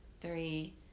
three